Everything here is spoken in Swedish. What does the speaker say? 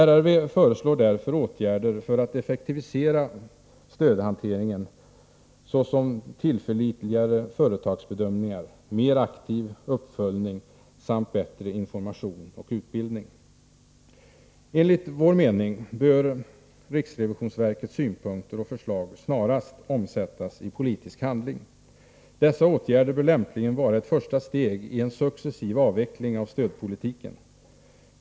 RRV föreslår därför åtgärder för att effektivisera stödhanteringen, såsom tillförlitligare företagsbedömningar, mer aktiv uppföljning samt bättre information och utbildning. Enligt vår mening bör riksrevisionsverkets synpunkter och förslag snarast omsättas i politisk handling. Dessa åtgärder bör lämpligen vara ett första steg i en successiv avveckling av stödpolitiken.